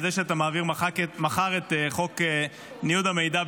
על זה שאתה מעביר מחר את חוק ניוד המידע,